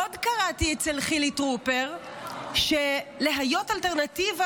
עוד קראתי אצל חילי טרופר ש"להוות אלטרנטיבה